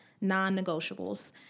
non-negotiables